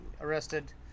arrested